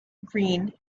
green